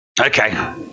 okay